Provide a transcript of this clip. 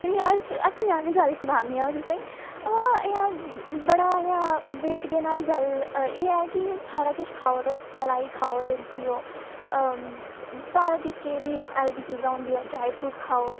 इ'यां हस्सनै आह्ली गल्ल सनानी अ'ऊं तुसेंगी अवा इ'यां बड़ा इ'यां वेट गेन आह्ली गल्ल एह् ऐ कि सारा किश खाओ तुस मलाई खाओ दुद्ध पियो सारा किश जे बी हेल्दी चीज़ां होंदियां ड्राई फरूट खाओ